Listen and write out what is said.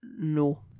No